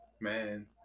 man